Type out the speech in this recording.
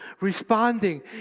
Responding